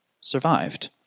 survived